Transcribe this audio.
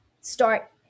start